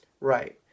Right